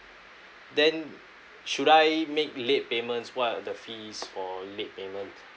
then should I make late payments what are the fees for late payments